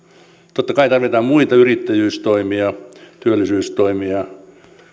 totta kai tarvitaan muita yrittäjyystoimia työllisyystoimia